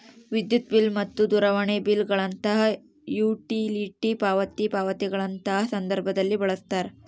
ವಿದ್ಯುತ್ ಬಿಲ್ ಮತ್ತು ದೂರವಾಣಿ ಬಿಲ್ ಗಳಂತಹ ಯುಟಿಲಿಟಿ ಪಾವತಿ ಪಾವತಿಗಳಂತಹ ಸಂದರ್ಭದಲ್ಲಿ ಬಳಸ್ತಾರ